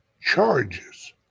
charges